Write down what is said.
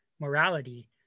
morality